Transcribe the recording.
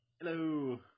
Hello